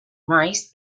rice